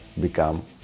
become